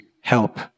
help